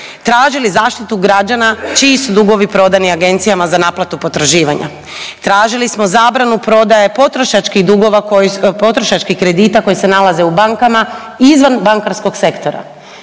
tražili zaštitu građana čiji su dugovi prodani agencijama za naplatu potraživanja, tražili smo zabranu prodaje potrošačkih kredita koji se nalaze u bankama izvan bankarskog sektora.